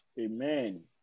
Amen